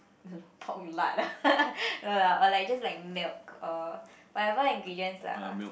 pork lard no lah or like just like milk uh whatever ingredients lah